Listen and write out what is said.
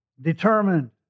determined